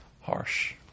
harsh